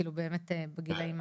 כאילו, באמת בגילאים האלה.